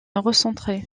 recentrer